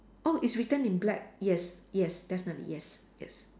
orh it's written in black yes yes definitely yes yes